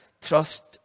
trust